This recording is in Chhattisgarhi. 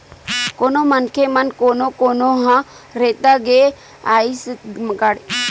कोनो मनखे म कोनो कोनो ह रेता गे अइसन म गाड़ी वाले ऊपर रेताय मनखे ह अलगे अलगे ढंग ले क्लेम करथे